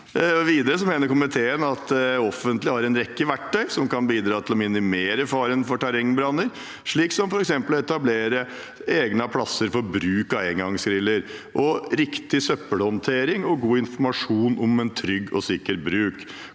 komiteen at det offentlige har en rekke verktøy som kan bidra til å minimere faren for terrengbranner, som f.eks. å etablere egnede plasser for bruk av engangsgriller, riktig søppelhåndtering og god informasjon om en trygg og sikker bruk.